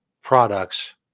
products